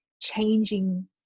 changing